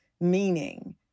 meaning